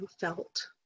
felt